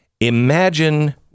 Imagine